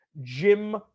Jim